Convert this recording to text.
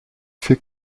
für